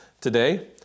today